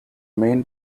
main